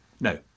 No